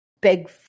big